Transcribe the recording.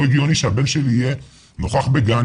לא הגיוני שהבן שלי יהיה נוכח באותו גן